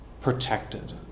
protected